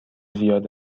زیاد